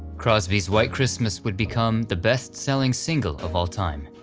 crosby's white christmas would become the best-selling single of all time,